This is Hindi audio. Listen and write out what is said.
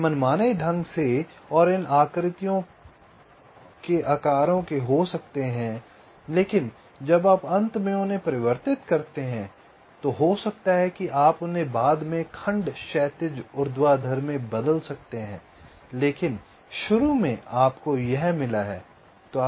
वे मनमाने ढंग से और इन आकृतियों और आकारों के हो सकते हैं लेकिन जब आप अंत में उन्हें परिवर्तित करते हैं तो हो सकता है कि आप उन्हें बाद में खंड क्षैतिज ऊर्ध्वाधर में बदल सकते हैं लेकिन शुरू में आपको यह मिला है